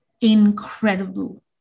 incredible